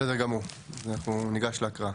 בסדר גמור, ניגש להקראה.